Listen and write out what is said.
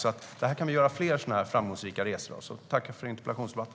Detta kan vi göra fler framgångsrika resor av. Jag tackar för interpellationsdebatten.